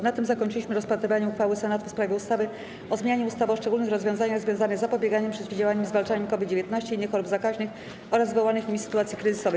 Na tym zakończyliśmy rozpatrywanie uchwały Senatu w sprawie ustawy o zmianie ustawy o szczególnych rozwiązaniach związanych z zapobieganiem, przeciwdziałaniem i zwalczaniem COVID-19, innych chorób zakaźnych oraz wywołanych nimi sytuacji kryzysowych.